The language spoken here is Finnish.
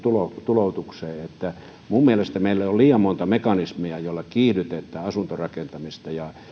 tuloutukseen minun mielestäni meillä on liian monta mekanismia joilla kiihdytetään asuntorakentamista ja